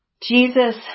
Jesus